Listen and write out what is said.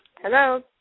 Hello